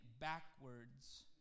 backwards